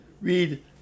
read